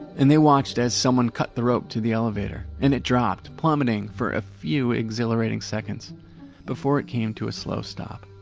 and they watched as someone cut the rope to the elevator and it dropped plummeting for a few exhilarating seconds before it came to a slow stop,